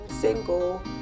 single